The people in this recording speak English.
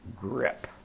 grip